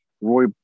Roy